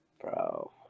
Bro